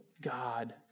God